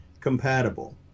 compatible